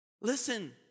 Listen